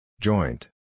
Joint